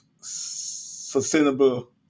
sustainable